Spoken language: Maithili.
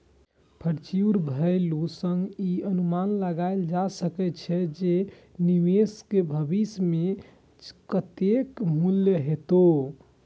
फ्यूचर वैल्यू सं ई अनुमान लगाएल जा सकै छै, जे निवेश के भविष्य मे कतेक मूल्य हेतै